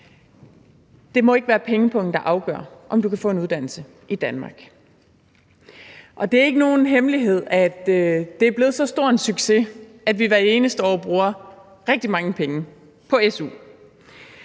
Det må ikke være pengepungen, der afgør, om du kan få en uddannelse i Danmark. Og det er ikke nogen hemmelighed, at det er blevet så stor en succes, at vi hvert eneste år bruger rigtig mange penge på su,